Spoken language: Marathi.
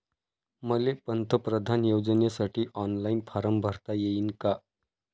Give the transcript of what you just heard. मले पंतप्रधान योजनेसाठी ऑनलाईन फारम भरता येईन का?